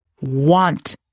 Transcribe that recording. want